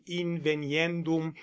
inveniendum